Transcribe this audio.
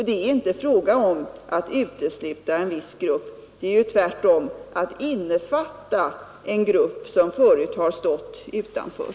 Det är inte fråga om att utesluta en viss grupp, utan det är tvärtom att innefatta en grupp som förut har stått utanför.